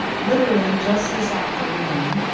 literally, just this afternoon,